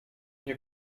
nie